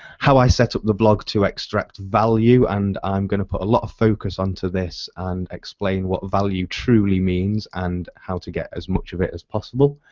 how i set up the blog to extract value and i'm going to put a lot of focus onto this to and explain what value truly means and how to get as much of it as possible.